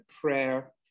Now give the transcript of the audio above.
prayer